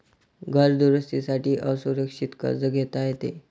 घर दुरुस्ती साठी असुरक्षित कर्ज घेता येते